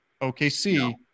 OKC